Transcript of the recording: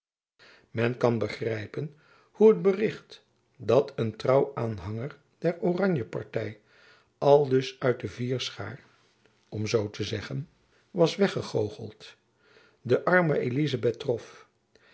men kan begrijpen hoe het bericht dat een trouw aanhanger der oranje party aldus uit de vierschaar om zoo te zeggen was weggegoocheld de arme